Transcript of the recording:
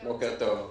בוקר טוב.